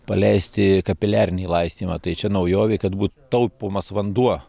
paleisti kapiliarinį laistymą tai čia naujovė kad būtų taupomas vanduo